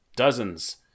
dozens